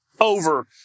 over